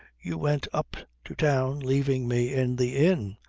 you went up to town leaving me in the inn.